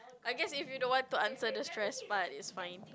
I guess if you don't want to answer the stress part it's fine